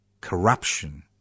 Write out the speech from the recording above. corruption